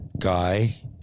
guy